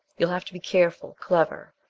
you'll have to be careful, clever.